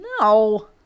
No